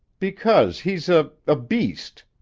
because he's a a beast!